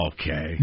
okay